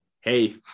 Hey